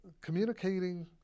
communicating